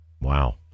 wow